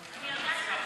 אם אתה לא